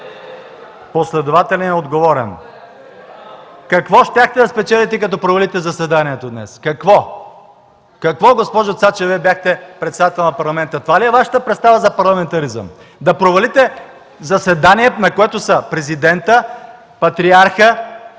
Последователен и отговорен! Какво щяхте да спечелите, като провалите заседанието днес? Какво? Какво, госпожо Цачева, Вие бяхте председател на Парламента? Това ли е Вашата представа за парламентаризъм – да провалите заседание, на което са Президентът, Патриархът